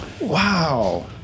Wow